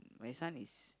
my son is